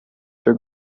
cyo